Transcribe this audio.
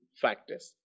factors